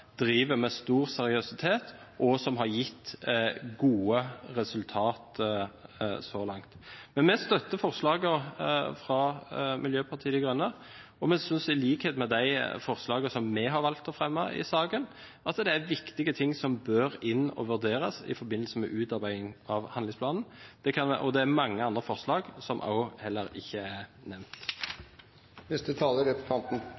driver med stor seriøsitet, og som har gitt gode resultater så langt. Men vi støtter forslagene fra Miljøpartiet De Grønne, og vi synes at dette – i likhet med de forslagene som vi har valgt å fremme i saken – er viktige ting som bør vurderes i forbindelse med utarbeidelsen av handlingsplanen. Det er også mange andre forslag, som ikke er